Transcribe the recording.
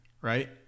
right